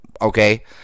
okay